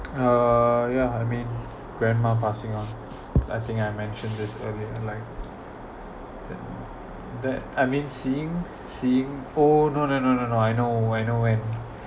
uh yeah I mean grandma passing on I think I mentioned this earlier like then that I mean seeing seeing oh no no no no no I know I know when